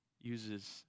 uses